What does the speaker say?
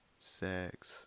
sex